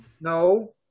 No